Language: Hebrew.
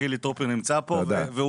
חילי טרופר נמצא פה?